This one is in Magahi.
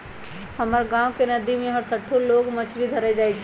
हमर गांव के नद्दी में हरसठ्ठो लोग मछरी धरे जाइ छइ